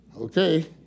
okay